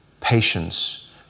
patience